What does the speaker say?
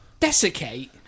desiccate